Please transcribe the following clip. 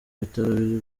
bitaro